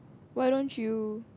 why don't you